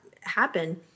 happen